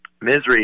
misery